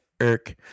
Irk